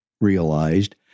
realized